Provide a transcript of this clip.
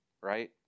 right